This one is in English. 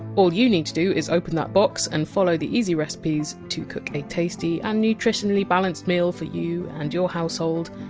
all you need to do is open that box and follow the easy recipes to cook a tasty and um nutritionally balanced meal for you and your household.